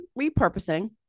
repurposing